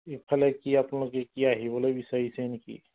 এইফালে কি আপোনালোকে কি আহিবলৈ বিচাৰিছে নেকি